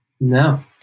No